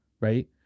right